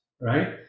right